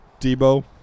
Debo